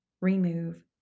remove